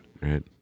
Right